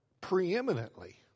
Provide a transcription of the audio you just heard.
Preeminently